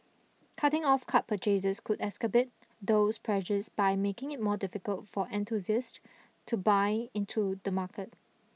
cutting off card purchases could excerbate those pressures by making it more difficult for enthusiasts to buy into the market